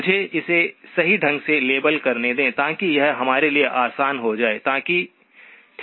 मुझे इसे सही ढंग से लेबल करने दें ताकि यह हमारे लिए आसान हो जाए ठीक है